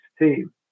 team